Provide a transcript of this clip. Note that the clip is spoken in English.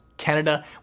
Canada